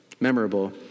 memorable